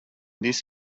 this